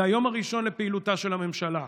זה היום הראשון לפעילותה של הממשלה,